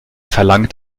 verlangt